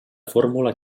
fórmula